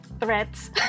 threats